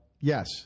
Yes